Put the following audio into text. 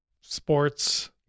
sports